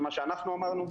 ולמה שאנחנו אמרנו,